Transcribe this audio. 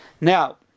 Now